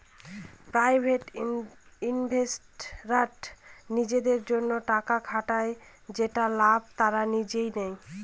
private ইনভেস্টররা নিজেদের জন্য টাকা খাটান যেটার লাভ তারা নিজেই নেয়